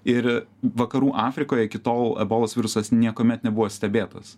ir vakarų afrikoj iki tol ebolos virusas niekuomet nebuvo stebėtas